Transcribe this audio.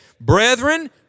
Brethren